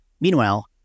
meanwhile